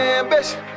ambition